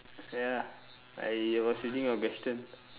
ya I was reading your question